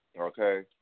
Okay